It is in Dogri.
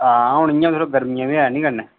हां हून इ'यां थोह्ड़ी गरमियां बी हैन नी कन्नै